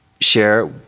share